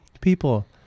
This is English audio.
people